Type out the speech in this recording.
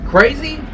Crazy